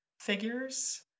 figures